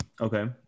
Okay